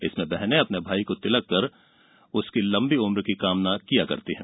इसमें बहने अपने भाई को तिलक लगाकर उसकी लंबी उम्र की कामना करती है